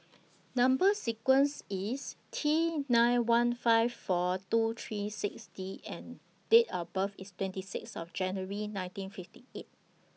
Number sequence IS T nine one five four two three six D and Date of birth IS twenty six of January ninteen fifty eight